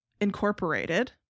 Incorporated